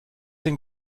den